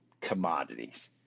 commodities